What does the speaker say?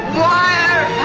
wire